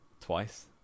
twice